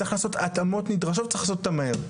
צריך לעשות התאמות נדרשות וצריך לעשות אותן מהר.